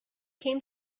came